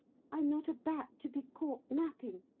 i'm not a bat, to be caught napping.